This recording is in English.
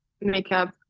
makeup